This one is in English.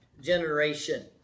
generation